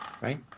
right